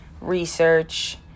research